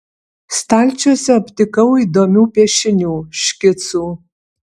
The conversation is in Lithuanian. stalčiuose aptikau įdomių piešinių škicų